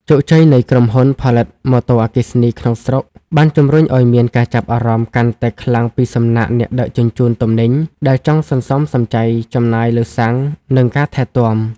ជោគជ័យនៃក្រុមហ៊ុនផលិតម៉ូតូអគ្គិសនីក្នុងស្រុក បានជម្រុញឱ្យមានការចាប់អារម្មណ៍កាន់តែខ្លាំងពីសំណាក់អ្នកដឹកជញ្ជូនទំនិញ ដែលចង់សន្សំសំចៃចំណាយលើសាំង និងការថែទាំ។